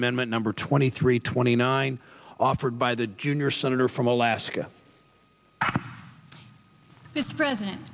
amendment number twenty three twenty nine offered by the junior senator from alaska this president